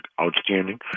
outstanding